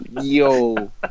Yo